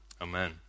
Amen